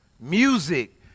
music